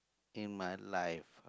in my life